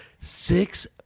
Six